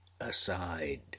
aside